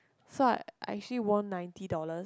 so I I actually won ninety dollars